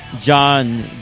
John